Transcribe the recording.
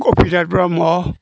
Gopinath Brahma